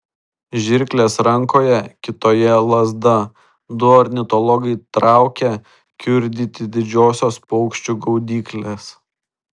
žirklės rankoje kitoje lazda du ornitologai traukia kiurdyti didžiosios paukščių gaudyklės